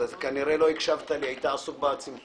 אז כנראה לא הקשבת לי היית עסוק בצמחונים.